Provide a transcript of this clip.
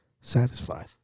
satisfied